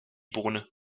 bohne